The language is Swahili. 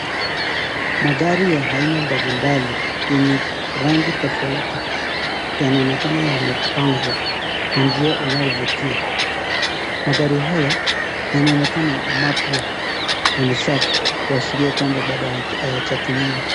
Magari ya aina mbalimbali, yenye rangi tofauti, yanaonekana yamepangwa kwa njia inayovutia. Magari haya yanaonekana mapya na ni safi, kuashiria kwamba bado hayajatumika.